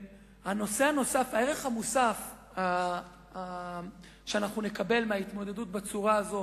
הערך המוסף שנקבל מההתמודדות בצורה הזו,